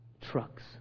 trucks